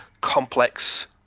complex